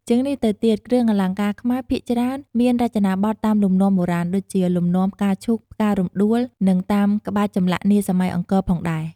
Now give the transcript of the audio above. ជាងនេះទៅទៀតគ្រឿងអលង្ការខ្មែរភាគច្រើនមានរចនាបថតាមលំនាំបុរាណ ដូចជា លំនាំផ្កាឈូកផ្ការំដួល និងតាមក្បាច់ចម្លាក់នាសម័យអង្គរផងដែរ។